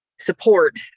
support